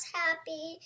happy